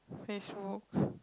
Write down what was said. Facebook